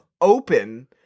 open